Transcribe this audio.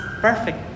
perfect